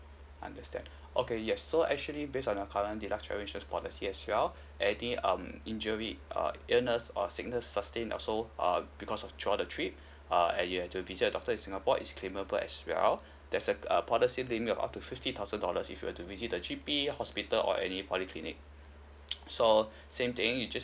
understand okay yes so actually based on your current deluxe travel insurance policy as well any um injury uh illness or sickness sustain or so uh because of throughout the trip uh and you have to visit a doctor in singapore is claimable as well that's said uh policy claiming of up to fifty thousand dollars if you were to visit the G_P hospital or any polyclinic so same thing you just